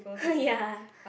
!huh! ya